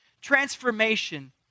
transformation